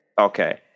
Okay